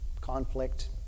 conflict